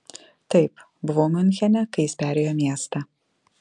taip buvau miunchene kai jis perėjo miestą